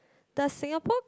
does Singapore